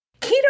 Keto